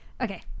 Okay